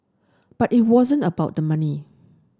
but it wasn't about the money